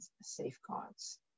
safeguards